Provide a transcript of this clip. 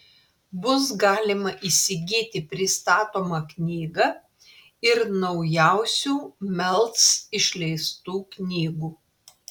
bus galima įsigyti pristatomą knygą ir naujausių melc išleistų knygų